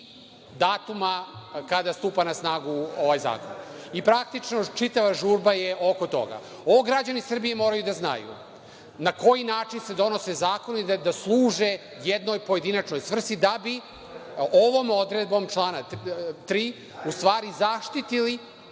datuma kada stupa na snagu ovaj zakon. Praktično, čitava žurba je oko toga. Ovo građani Srbije moraju da znaju, na koji način se donose zakoni, da služe jednoj pojedinačnoj svrsi da bi ovom odredbom člana 3. u stvari zaštitili